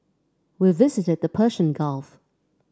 we visited the Persian Gulf